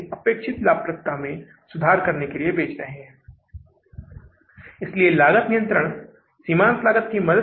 तो अब आप यहाँ कुल नकदी वृद्धि कमी लिखते हैं कुल नकदी वृद्धि कमी वित्तपोषण के बाद वित्तपोषण के बाद